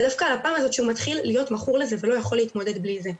אלא על הפעם הזאת שהוא מתחיל להיות מכור לזה ולא יכול להתמודד בלי זה.